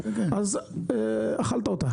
אכלת אותה.